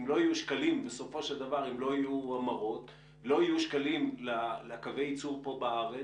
אם לא יהיו המרות לא יהיו שקלים לקווי הייצור פה בארץ,